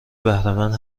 بهرهمند